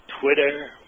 Twitter